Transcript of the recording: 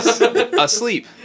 Asleep